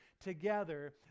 together